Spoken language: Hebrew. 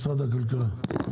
משרד הכלכלה בבקשה.